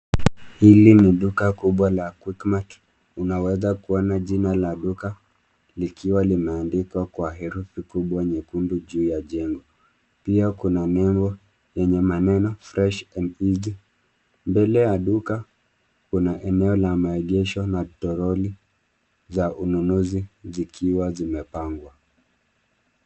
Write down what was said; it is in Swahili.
Hili ni duka kubwa la Quickmart unaweza kuona jina la duka likiwa limeandikwa kwa herufi kubwa nyekundu juu ya jengo, pia kuna nembo enye maneno fresh and easy mbele ya duka kuna eneo la maegesho na troli za ununuzi zikiwa zimepangwa.